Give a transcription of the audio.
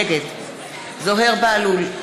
נגד זוהיר בהלול,